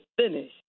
finish